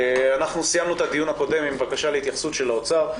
אנחנו סיימנו את הדיון הקודם עם בקשה להתייחסות של האוצר,